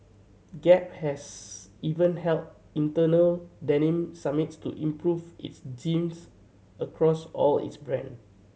gap has even held internal denim summits to improve its jeans across all its brand